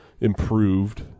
improved